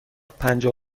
پنجاه